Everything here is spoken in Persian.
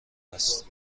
است